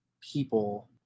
people